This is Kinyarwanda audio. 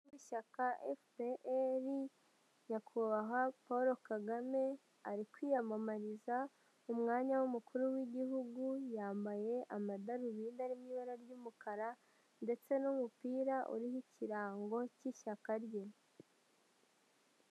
Ishyaka FPR nyakubahwa Paul Kagame ari kwiyamamariza umwanya w'umukuru w'igihugu, yambaye amadarubindi arimo ibara ry'umukara ndetse n'umupira uriho ikirango cy'ishyaka rye.